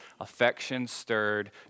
affection-stirred